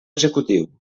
executiu